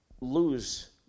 lose